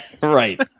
Right